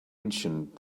ancient